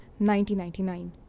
1999